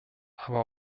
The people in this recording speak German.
aber